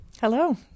Hello